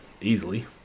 easily